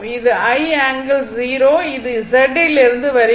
இது i ∠0 இது Z லிருந்து வருகிறது